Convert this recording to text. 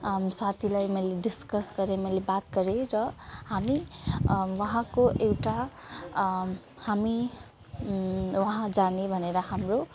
साथीलाई मैले डिस्कस गरेँ मैले बात गरेँ र हामी वहाँको एउटा हामी वहाँ जाने भनेर हाम्रो